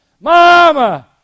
Mama